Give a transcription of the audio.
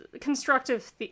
constructive